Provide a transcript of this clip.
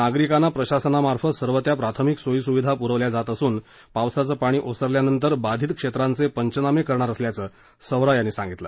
नागरिकांना प्रशासना मार्फत सर्व त्या प्राथमिक सोयी सुविधा पुरवल्या जात असून पावसाचं पाणी ओसरल्यानंतर बाधित क्षेत्रांचे पंचनामे करणार असल्याचं सावरा यांनी सांगितलं